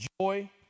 joy